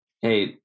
Hey